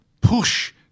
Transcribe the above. push